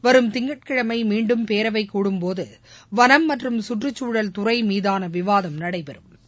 வரும் திங்கட்கிழமை மீண்டும் பேரவை கூடும் போது வனம் மற்றும் கற்றுக்சூழல் துறை மீதான விவாதம் நடைபெறும்